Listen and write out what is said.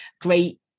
great